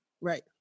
Right